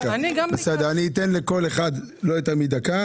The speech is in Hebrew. בסדר אני אתן לכל אחד לא יותר מדקה,